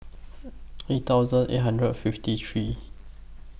eight thousand eight hundred fifty three